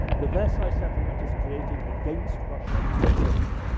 the versailles settlement is created against russia and germany,